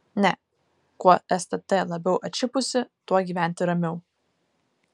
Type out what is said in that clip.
ne kuo stt labiau atšipusi tuo gyventi ramiau